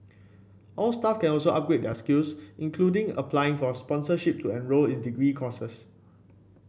all staff can also upgrade their skills including applying for sponsorship to enrol in degree courses